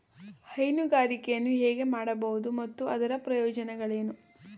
ಹೈನುಗಾರಿಕೆಯನ್ನು ಹೇಗೆ ಮಾಡಬಹುದು ಮತ್ತು ಅದರ ಪ್ರಯೋಜನಗಳೇನು?